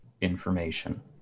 information